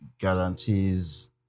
guarantees